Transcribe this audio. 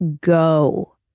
go